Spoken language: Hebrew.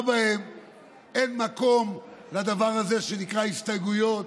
בהם אין מקום לדבר הזה שנקרא הסתייגויות.